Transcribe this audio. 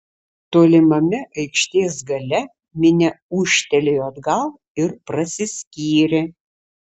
tolimame aikštės gale minia ūžtelėjo atgal ir prasiskyrė